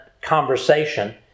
conversation